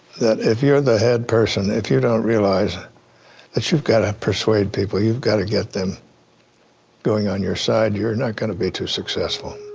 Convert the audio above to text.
that if you're the head person, if you don't realize that you've got to persuade people, you've got to get them going on your side, you're not going to be too successful.